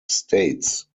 states